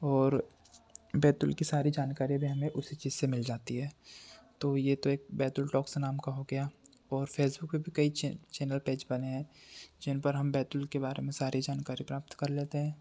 और बैतूल की सारी जानकारी भी हमें उसी चीज़ से मिल जाती है तो ये तो एक बैतूल टॉक्स नाम का हो गया और फेसबुक पर भी कई चे चैनल पेज बने हैं जिन पर हम बैतूल के बारे में सारी जानकारी प्राप्त कर लेते हैं